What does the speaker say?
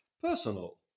personal